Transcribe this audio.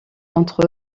entre